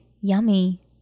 yummy